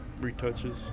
retouches